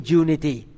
unity